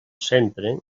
centre